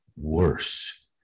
worse